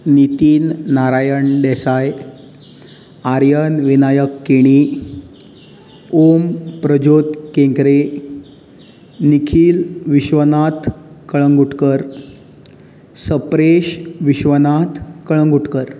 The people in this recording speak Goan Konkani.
नितीन नारायण देसाय आर्यन विनायक केणी ओम प्रज्योत केंकरे निखील विश्वनाथ कळंगुटकर सप्रेश विश्वनाथ कळंगुटकर